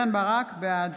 בעד